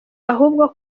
ahubwo